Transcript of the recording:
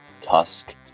Tusk